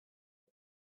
its